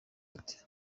ati